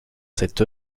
cette